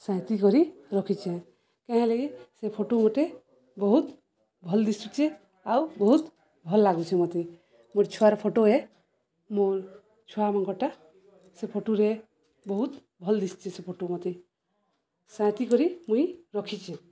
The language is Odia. ସାଇତି କରି ରଖିଚେଁ କାହିଁଲାଗି ସେ ଫଟୋ ଗୁଟେ ବହୁତ୍ ଭଲ୍ ଦିଶୁଚେ ଆଉ ବହୁତ୍ ଭଲ୍ ଲାଗୁଛେ ମତେ ମୋର୍ ଛୁଆ ଫଟୋ ଏ ମୋର୍ ଛୁଆମନ୍କର୍ଟା ସେ ଫଟୋରେ ବହୁତ୍ ଭଲ୍ ଦିଶୁଚେ ସେ ଫଟୋ ମତେ ସାଇତି କରି ମୁଇଁ ରଖିଚେଁ